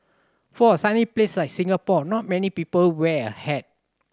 for a sunny place like Singapore not many people wear a hat